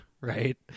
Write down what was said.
right